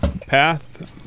path